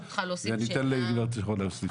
ואני ניתן לגברת שרון להוסיף.